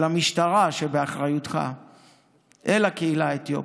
המשטרה שבאחריותך אל הקהילה האתיופית.